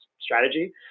strategy